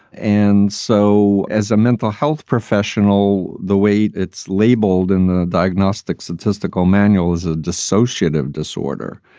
and so as a mental health professional, the way it's labeled in the diagnostic statistical manual is a dissociative disorder.